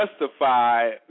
justify